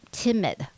timid